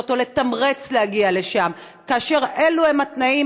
או לתמרץ להגיע לשם כאשר אלה הם התנאים?